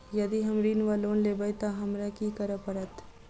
यदि हम ऋण वा लोन लेबै तऽ हमरा की करऽ पड़त?